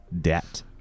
debt